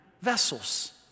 vessels